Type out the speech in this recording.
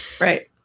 Right